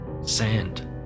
sand